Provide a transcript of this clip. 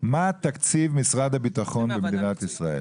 מה תקציב משרד הביטחון במדינת ישראל?